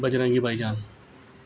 Bajrangi Bhaijaan